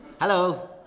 Hello